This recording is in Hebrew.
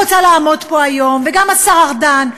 וגם השר ארדן,